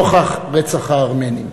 נוכח רצח הארמנים.